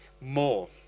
more